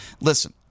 Listen